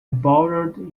borrowed